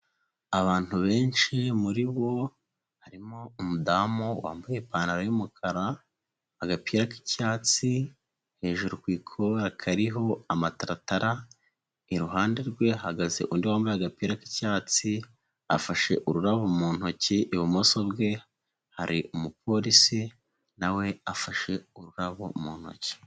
Abantu benshi muri bo harimo umudamu wambaye ipantaro y'umukara, agapira k'icyatsi hejuru ku ikora kariho amataratara, iruhande rwe hagaze undi wambaye agapira k'icyatsi afashe ururabo mu ntoki, ibumoso bwe hari umupolisi nawe afashe ururabo mu ntoki.